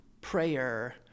prayer